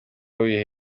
wiha